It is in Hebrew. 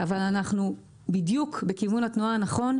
אנחנו בדיוק בכיוון התנועה הנכון,